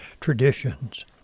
traditions